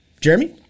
Jeremy